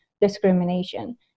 discrimination